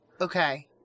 Okay